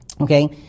Okay